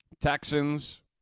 Texans